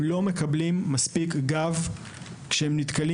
הם לא מקבלים מספיק גב כשהם נתקלים